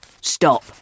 Stop